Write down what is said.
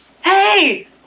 Hey